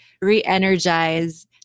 re-energize